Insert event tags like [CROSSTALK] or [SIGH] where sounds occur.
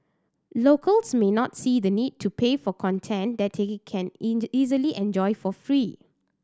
locals may not see the need to pay for content that [UNINTELLIGIBLE] they can [UNINTELLIGIBLE] easily enjoy for free